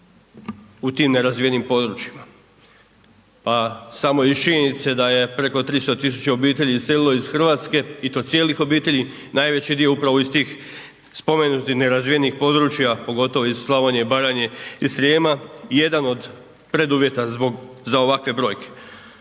u tim nerazvijenim područjima. A samo iz činjenice da je preko 300 tisuća obitelji iselilo iz Hrvatske i to cijelih obitelji, najveći dio je upravo iz tih spomenutih nerazvijenih područja pogotovo iz Slavonije, Baranje i Srijema jedan od preduvjeta za ovakve brojke.